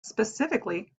specifically